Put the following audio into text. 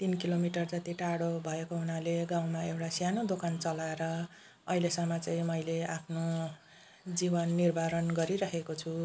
तिन kilometre जति टाडो भएको हुनाले गाउँमा एउटा सानो दोकान चलाएर अहिलेसम्म चाहिँ मैले आफ्नो जीवन निर्वाह गरिराखेको छु